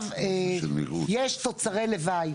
יש תוצרי לוואי.